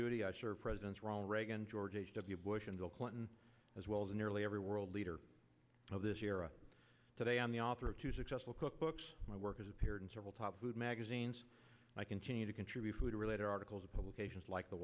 duty i served presidents ronald reagan george h w bush and bill clinton as well as nearly every world leader of this year are today on the author of two successful cookbooks my work has appeared in several top food magazines and i continue to contribute food related articles publications like the